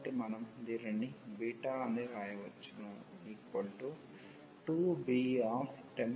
కాబట్టి మనము దీనిని బీటా అని వ్రాయవచ్చు